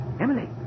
Emily